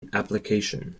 application